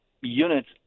units